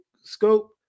scope